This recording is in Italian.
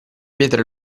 pietre